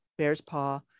Bearspaw